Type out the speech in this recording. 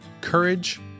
courage